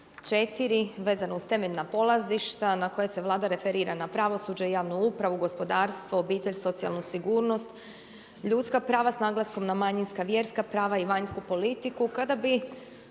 4 vezano uz temeljna polazišta na koja se Vlada referira na pravosuđe, javnu upravu, gospodarstvo, obitelj, socijalnu sigurnost, ljudska prava s naglaskom na manjinska vjerska prava i vanjsku politiku, kada bi